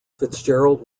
fitzgerald